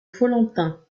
follentin